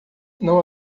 não